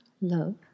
love